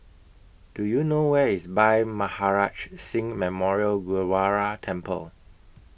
Do YOU know Where IS Bhai Maharaj Singh Memorial Gurdwara Temple